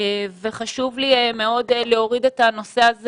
חשוב לי מאוד להוריד את הנושא הזה